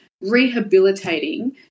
rehabilitating